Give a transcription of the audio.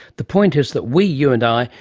the point is that we, you and i,